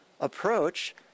approach